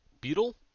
Beetle